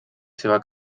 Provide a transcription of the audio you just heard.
seva